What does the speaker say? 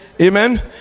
Amen